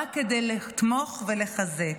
רק כדי לתמוך ולחזק.